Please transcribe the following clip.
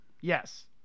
Yes